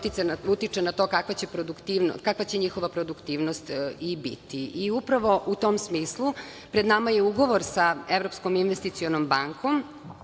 utiče na to kakva će njihova produktivnost i biti. Upravo u tom smislu pred nama je ugovor sa Evropskom investicionom bankom